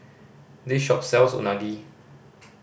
this shop sells Unagi